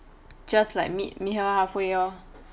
just like meet meet her halfway lor